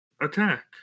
attack